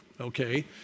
okay